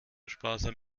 sparsam